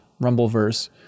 Rumbleverse